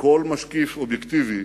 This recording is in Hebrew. וכל משקיף אובייקטיבי